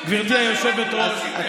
גברתי היושבת-ראש,